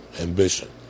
ambition